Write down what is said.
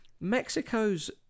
Mexico's